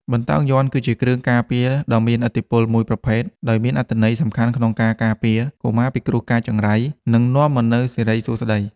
បន្តោងយ័ន្ត គឺជាគ្រឿងការពារដ៏មានឥទ្ធិពលមួយប្រភេទដោយមានអត្ថន័យសំខាន់ក្នុងការ ការពារ កុមារពីគ្រោះកាចចង្រៃ និងនាំមកនូវសិរីសួស្តី។